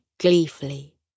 gleefully